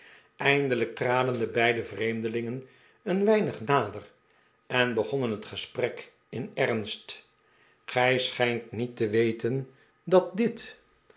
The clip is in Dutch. eindelijk traden de beide vreemdelingen een weinig nader en begon het gesprek in ernst gij schijnt niet te weten dat dit